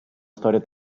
storia